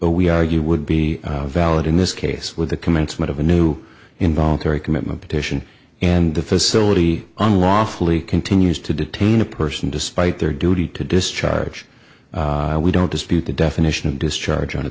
would we argue would be valid in this case with the commencement of a new involuntary commitment petition and the facility unlawfully continues to detain a person despite their duty to discharge we don't dispute the definition of discharge o